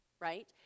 right